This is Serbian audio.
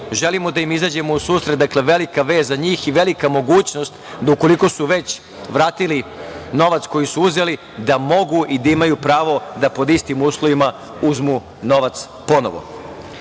želimo da im izađemo u susret. Dakle, ovo je velika vest za njih i velika mogućnost da ukoliko su već vratili novac koji su uzeli, da mogu i da imaju pravo da pod istim uslovima uzmu novac ponovo. Sledeći